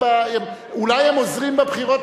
אולי הם עוזרים בבחירות,